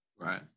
Right